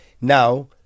now